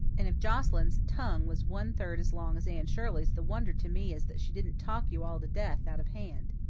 and if joscelyn's tongue was one third as long as anne shirley's the wonder to me is that she didn't talk you all to death out of hand.